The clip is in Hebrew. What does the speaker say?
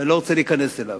ואינני רוצה להיכנס אליה.